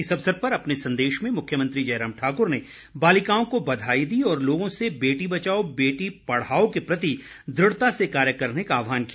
इस अवसर पर अपने संदेश में मुख्यमंत्री जयराम ठाकुर ने बालिकाओं को बधाई दी और लोगों से बेटी बचाओ बेटी पढ़ाओ के प्रति दृढ़ता से कार्य करने का आहवान किया